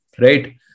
Right